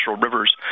rivers